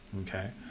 Okay